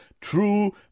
true